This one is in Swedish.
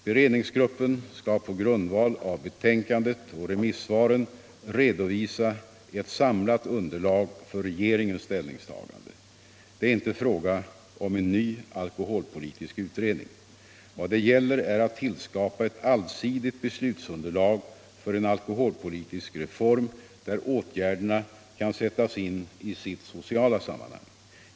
Beredningsgruppen skall på grundval av betänkandet och remissvaren redovisa ett samlat underlag för regeringens ställningstagande. Det är inte fråga om en ny alkoholpolitisk utredning. Vad det gäller är att tillskapa ett allsidigt beslutsunderlag för en alkoholpolitisk reform, där åtgärderna kan sättas in i sitt sociala sammanhang.